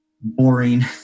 boring